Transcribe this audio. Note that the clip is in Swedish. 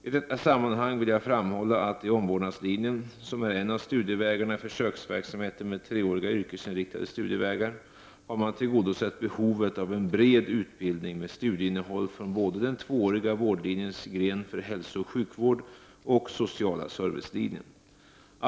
I detta sammanhang vill jag framhålla att man i omvårdnadslinjen, som är en av studievägarna i försöksverksamheten med treåriga yrkesinriktade studievägar, har tillgodosett behovet av en bred utbildning med studieinnehåll från både den tvååriga vårdlinjens gren för hälsooch sjukvård och sociala servicelinjen.